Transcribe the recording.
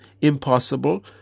impossible